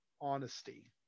honesty